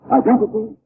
identity